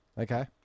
Okay